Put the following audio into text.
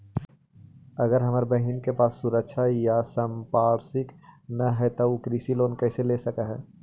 अगर हमर बहिन के पास सुरक्षा या संपार्श्विक ना हई त उ कृषि लोन कईसे ले सक हई?